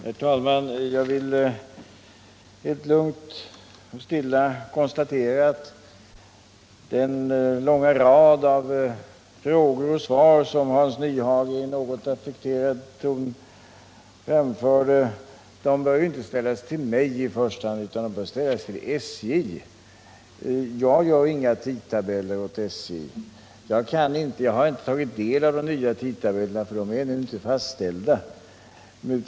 Herr talman! Jag vill helt lugnt och stilla konstatera att den långa rad av frågor och svar som Hans Nyhage i ett något affekterat tonläge framförde inte bör ställas till mig utan till SJ. Jag gör inte upp några tidtabeller åt SJ. Jag har inte tagit del av de nya tidtabellerna — som ännu inte är fastställda.